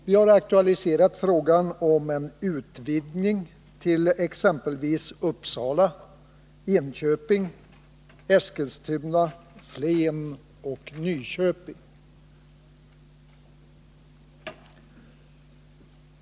Vi har aktualiserat frågan om en utvidgning till exempelvis Uppsala, Enköping, Eskilstuna, Flen och Nyköping.